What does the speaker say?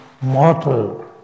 mortal